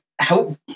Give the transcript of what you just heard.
help